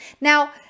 Now